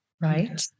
right